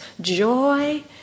joy